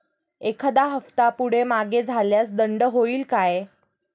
एखादा हफ्ता पुढे मागे झाल्यास दंड होईल काय?